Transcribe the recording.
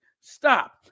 Stop